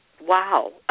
Wow